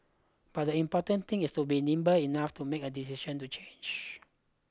but the important thing is to be nimble enough to make a decision to change